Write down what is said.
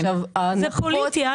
זה פוליטי.